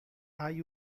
hay